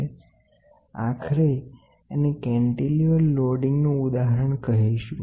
હું તેને કેન્ટીલિવર તરીકે સૂચન કરીશ કેન્ટીલિવર લોડીંગનું ઉદાહરણ કહીશ